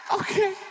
Okay